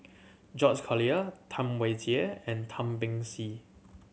George Collyer Tam Wai Jia and Tan Beng Swee